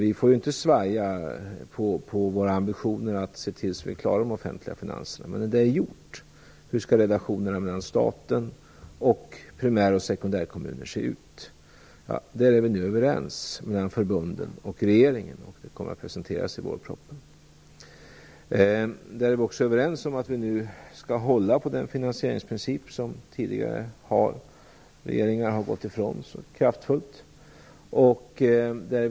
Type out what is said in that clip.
Vi får inte svaja i fråga om våra ambitioner att se till att klara de offentliga finanserna. Och när det är gjort, hur skall relationerna mellan staten och primär och sekundärkommunerna då se ut? Där är vi nu överens mellan förbunden och regeringen. Detta kommer att presenteras i vårpropositionen. Vi är också överens om att vi nu skall hålla på den finansieringsprincip som tidigare regeringar så kraftfullt har gått ifrån.